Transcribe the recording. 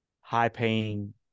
high-paying